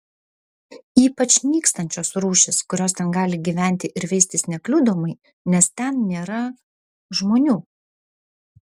ypač nykstančios rūšys kurios ten gali gyventi ir veistis nekliudomai nes ten nėra žmonių